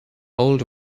old